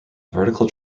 vertical